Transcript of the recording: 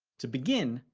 to begin,